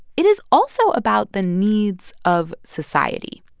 it is also about the needs of society.